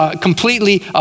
completely